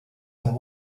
and